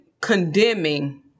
condemning